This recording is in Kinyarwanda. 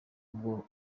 ubwo